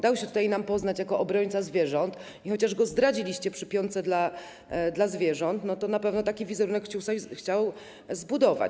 Dał się tutaj nam poznać jako obrońca zwierząt i chociaż go zdradziliście przy piątce dla zwierząt, to na pewno taki wizerunek chciał zbudować.